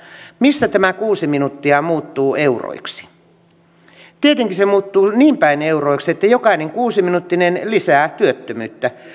missä tämä kuusi minuuttia muuttuu euroiksi tietenkin se muuttuu niin päin euroiksi että jokainen kuusiminuuttinen lisää työttömyyttä